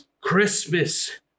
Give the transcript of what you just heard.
Christmas